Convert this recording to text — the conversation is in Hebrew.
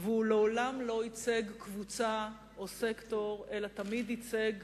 והוא מעולם לא ייצג קבוצה או סקטור אלא תמיד ייצג,